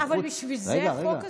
אבל בשביל זה החוק הזה?